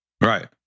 Right